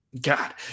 god